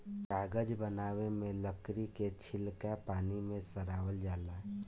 कागज बनावे मे लकड़ी के छीलका पानी मे सड़ावल जाला